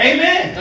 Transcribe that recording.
Amen